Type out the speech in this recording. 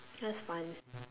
that was fun